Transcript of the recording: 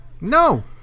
No